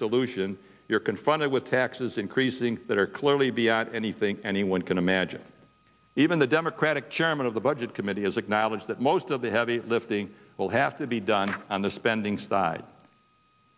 solution you're confronted with taxes increasing that are clearly be at anything anyone can imagine even the democratic chairman of the budget committee has acknowledged that most of the heavy lifting will have to be done on the spending side